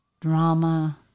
drama